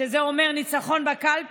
כשהוא הגיע לכנסת פעם ב- ושימח אותנו,